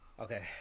Okay